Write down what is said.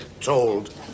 told